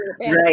Right